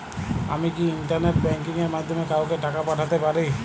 আমি কি internet banking এর মাধ্যমে কাওকে টাকা পাঠাতে পারি?